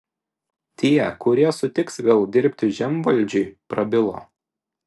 tie kurie sutiks vėl dirbti žemvaldžiui prabilo